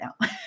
now